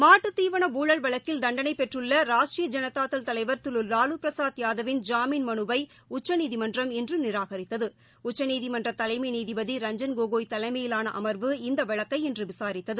மாட்டு தீவன ஊழல் வழக்கில் தண்டனை பெற்றுள்ள ராஷ்டியி ஜனதாதள் தலைவா் திரு லாலுபிரசாத் யாதவின் ஜாமீன் மனுவை உச்சநீதிமன்றம் இன்று நிராகரித்தது உச்சநீதிமன்ற தலைமை நீதிபதி திரு ரஞ்சன் கோகோய் தலைமையிலான அமா்வு இந்த வழக்கை இன்று விசாரித்தது